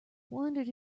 wondered